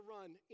run